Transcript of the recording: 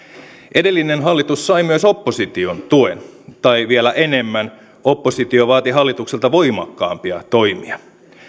edellinen hallitus sai myös opposition tuen tai vielä enemmän oppositio vaati hallitukselta voimakkaampia toimia